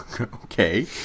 Okay